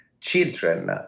children